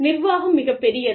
நிர்வாகம் மிகப்பெரியது